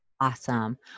Awesome